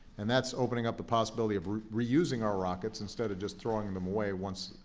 and that's opening up the possibility of reusing our rockets instead of just throwing them away once